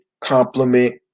compliment